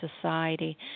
society